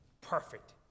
Perfect